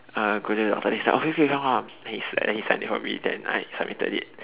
uh go to the doctor then he was like okay okay come come come then he signed it for me then I submitted it